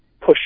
push